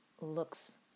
looks